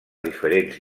diferents